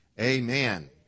amen